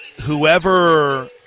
whoever